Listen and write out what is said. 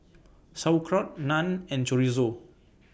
Sauerkraut Naan and Chorizo